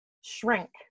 shrink